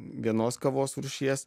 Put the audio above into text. vienos kavos rūšies